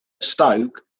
Stoke